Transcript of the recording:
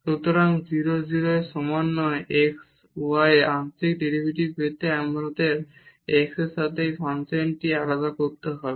সুতরাং 0 0 এর সমান নয় x y এ আংশিক ডেরিভেটিভ পেতে আমাদের x এর সাথে এই ফাংশনটি আলাদা করতে হবে